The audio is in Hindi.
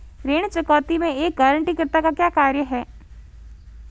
ऋण चुकौती में एक गारंटीकर्ता का क्या कार्य है?